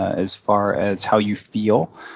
as far as how you feel.